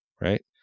right